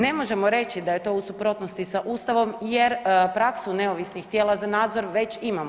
Ne možemo reći da je to u suprotnosti sa Ustavom jer praksu neovisnih tijela za nadzor već imamo.